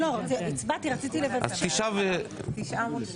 אז תשעה מול שבעה.